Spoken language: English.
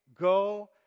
go